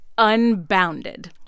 unbounded